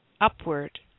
upward